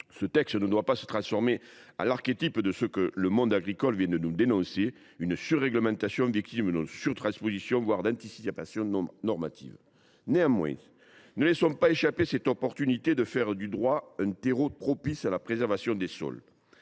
Ce texte ne doit pas se transformer en l’archétype de ce que le monde agricole dénonce actuellement : une surréglementation, conséquence de nos surtranspositions, voire d’anticipations normatives. Néanmoins, ne laissons pas échapper cette opportunité de faire du droit un terreau propice à la préservation des sols.